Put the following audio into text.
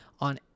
on